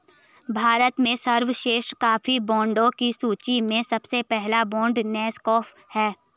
भारत में सर्वश्रेष्ठ कॉफी ब्रांडों की सूची में सबसे पहला ब्रांड नेस्कैफे है